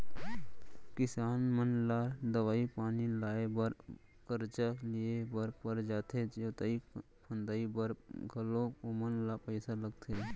किसान मन ला दवई पानी लाए बर करजा लिए बर पर जाथे जोतई फंदई बर घलौ ओमन ल पइसा लगथे